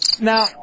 now